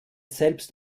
selbst